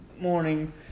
morning